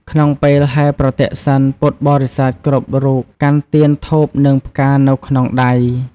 ក្នុងពេលហែរប្រទក្សិណ ពុទ្ធបរិស័ទគ្រប់រូបកាន់ទៀន ធូប និងផ្កានៅក្នុងដៃ។